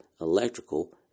electrical